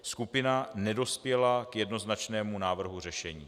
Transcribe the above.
Skupina nedospěla k jednoznačnému návrhu řešení.